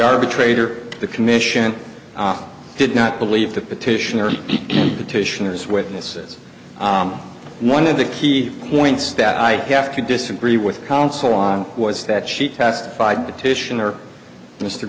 arbitrator the commission did not believe the petitioner in petitioners witnesses one of the key points that i have to disagree with counsel on was that she testified petitioner mr